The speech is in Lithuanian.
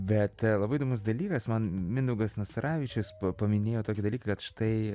bet labai įdomus dalykas man mindaugas nastaravičius pa paminėjo tokį dalyką kad štai